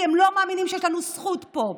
כי הם לא מאמינים שיש לנו זכות פה.